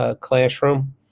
classroom